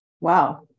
Wow